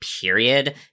Period